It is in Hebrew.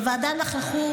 בוועדה נכחו,